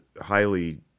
highly